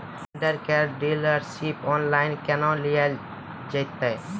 Vendor केर dealership online केहनो लियल जेतै?